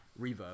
reverb